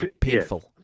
painful